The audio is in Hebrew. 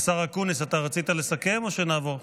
השר אקוניס, אתה רצית לסכם או שנעבור?